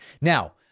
Now